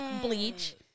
bleach